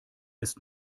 ist